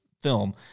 film